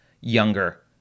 younger